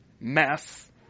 mess